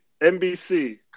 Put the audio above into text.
NBC